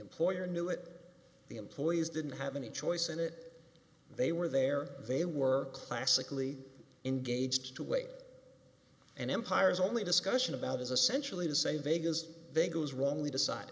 employer knew it the employees didn't have any choice in it they were there they were classically engaged to wait and empires only discussion about as essential a to say vegas they go as wrongly decided